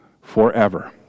forever